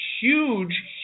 huge